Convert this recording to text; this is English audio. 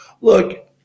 Look